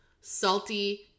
salty